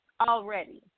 Already